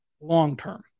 long-term